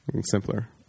simpler